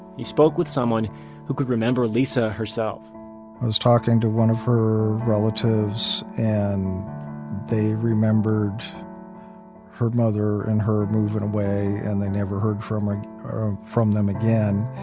he spoke with someone who could remember lisa herself i was talking to one of her relatives and they remembered her mother and her moving away and they never heard from from them again.